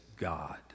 God